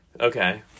okay